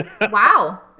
Wow